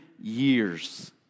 years